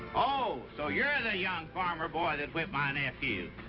oh, so you're the young farmer boy, that whipped my nephew!